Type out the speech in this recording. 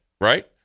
right